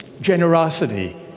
generosity